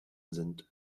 sind